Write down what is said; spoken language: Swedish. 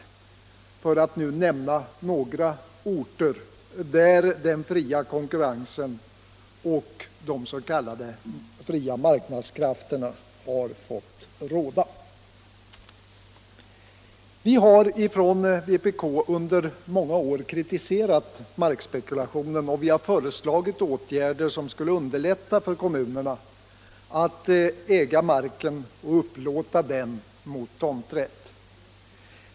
Detta säger jag för att bara nämna några orter där den fria konkurrensen och de s.k. fria marknadskrafterna har fått råda. Vi har från vpk under många år kritiserat markspekulationen och föreslagit åtgärder som skulle underlätta för kommunerna att äga marken och upplåta den mot tomträtt.